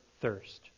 thirst